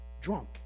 drunk